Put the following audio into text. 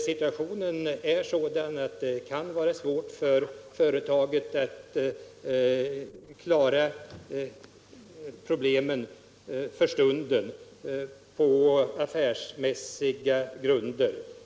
Situationen är sådan att det kan vara svårt för företaget att klara situationen för stunden på affärsmässiga grunder.